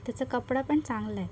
त्याचा कपडा पण चांगला आहे